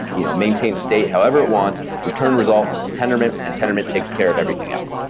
you know maintain state however it wants, return results to tendermint, and tendermint takes care of everything else.